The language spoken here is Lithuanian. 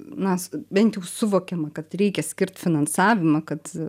na bent jau suvokiama kad reikia skirti finansavimą kad